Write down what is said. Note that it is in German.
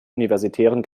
universitären